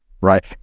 right